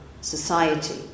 society